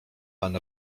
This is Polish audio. pan